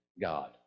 God